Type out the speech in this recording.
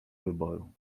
wyboru